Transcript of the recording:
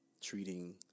treating